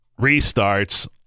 restarts